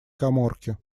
каморки